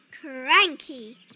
Cranky